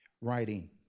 writing